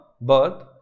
birth